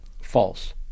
false